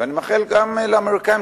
ואני מאחל גם לאמריקנים,